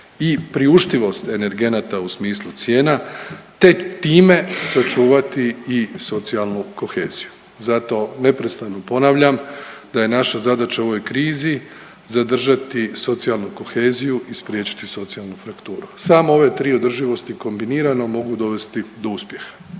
i priuštivost energenata u smislu cijena te time sačuvati i socijalnu koheziju. Zato neprestano ponavljam da je naša zadaća u ovoj krizi zadržati socijalnu koheziju i spriječiti socijalnu frakturu. Samo ove tri održivosti kombinirano mogu dovesti do uspjeha.